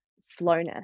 slowness